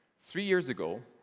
three years ago,